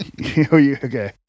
okay